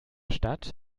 stadt